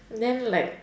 then like